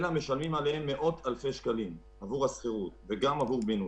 אנחנו משלמים מאות אלפי שקלים עבור השכירות ועבור הבינוי.